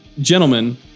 gentlemen